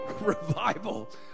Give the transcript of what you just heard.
revival